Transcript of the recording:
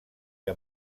que